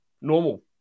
normal